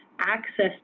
access